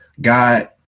God